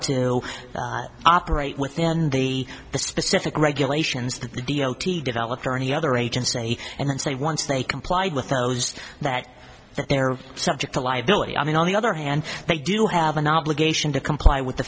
to operate within the the specific regulations that d o t developed or any other agency and then say once they complied with those that they're subject to liability i mean on the other hand they do have an obligation to comply with the